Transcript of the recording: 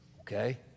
okay